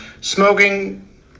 smoking